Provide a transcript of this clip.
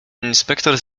inspektor